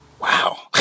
wow